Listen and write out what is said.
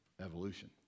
evolution